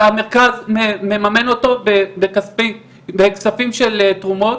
המרכז מממן אותו בכספים של תרומות.